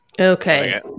Okay